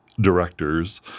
directors